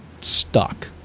stuck